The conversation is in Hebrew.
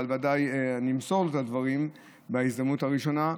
אבל ודאי אני אמסור לו את הדברים בהזדמנות הראשונה,